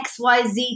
XYZ